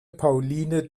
pauline